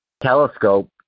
telescope